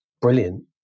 brilliant